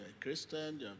Christian